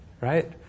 right